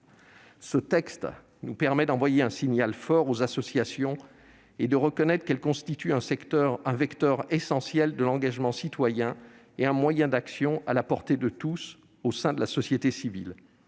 Ce texte nous permet d'envoyer un signal fort aux associations et de reconnaître qu'elles constituent un vecteur essentiel de l'engagement citoyen et un moyen d'action à la portée de tous au sein de la société civile.